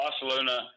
Barcelona